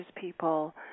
people